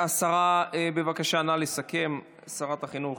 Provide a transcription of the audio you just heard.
השרה, בבקשה, נא לסכם, שרת החינוך